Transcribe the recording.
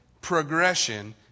progression